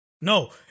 No